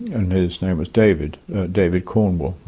and his name was david david cornwell.